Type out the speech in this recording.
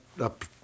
up